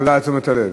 תודה על תשומת הלב.